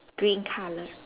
green colour